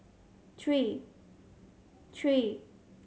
three three